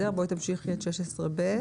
תמשיכי את 16(ב).